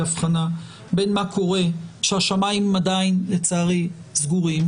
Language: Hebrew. הבחנה בין מה קורה כאשר השמיים עדיין לצערי סגורים.